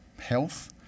health